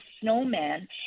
snowman